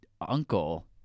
uncle